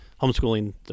homeschooling